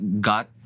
got